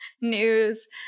news